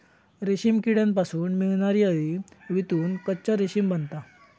रेशीम किड्यांपासून मिळणारी अळी वितळून कच्चा रेशीम बनता